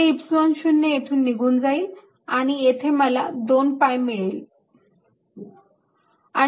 हे Epsilon 0 येथून निघून जाईल आणि मला येथे 2 pi मिळेल